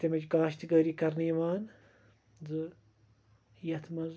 تمِچ کاشتٕکٲری کَرنہٕ یِوان زِ یَتھ منٛز